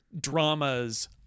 dramas